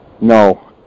No